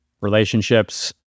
relationships